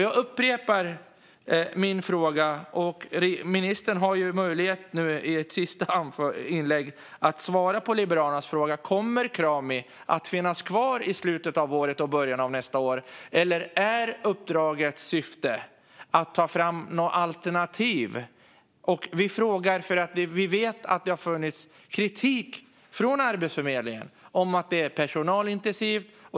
Jag upprepar min fråga. Ministern har nu möjlighet att svara på Liberalernas fråga i sitt sista inlägg. Kommer Krami att finnas kvar i slutet av året och i början av nästa år, eller är uppdragets syfte att ta fram något alternativ? Vi frågar därför att vi vet att det har funnits kritik från Arbetsförmedlingen om att verksamheten är personalintensiv.